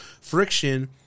friction